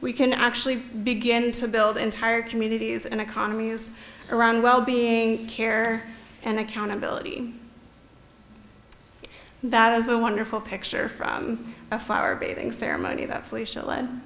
we can actually begin to build entire communities and economies around wellbeing care and accountability that is a wonderful picture from a fire breathing fair money that felicia